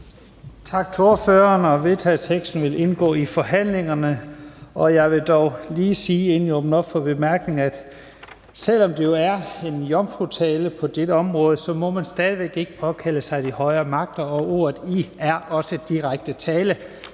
Forslaget til vedtagelse vil indgå i forhandlingen. Jeg vil lige sige, inden jeg åbner op for korte bemærkninger, at selv om det er en jomfrutale på dette område, må man stadig væk ikke påkalde sig de højere magter. Og ordet »I« er også direkte tiltale.